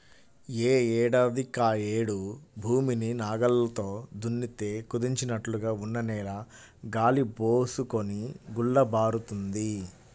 యే ఏడాదికాయేడు భూమిని నాగల్లతో దున్నితే కుదించినట్లుగా ఉన్న నేల గాలి బోసుకొని గుల్లబారుతుంది